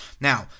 now